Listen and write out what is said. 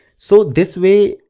so this way,